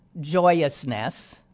joyousness